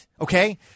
Okay